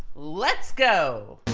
let's go!